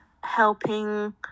helping